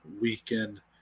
weekend